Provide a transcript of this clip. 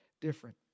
different